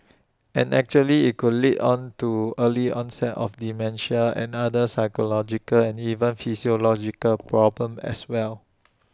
and actually IT could lead to on to early onset of dementia and other psychological and even physiological problems as well